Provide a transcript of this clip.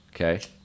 Okay